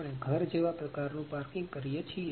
આપણે ઘર જેવા પ્રકાર નું પાર્કિંગ કરીએ છીએ